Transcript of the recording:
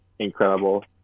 Incredible